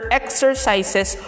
exercises